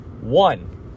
one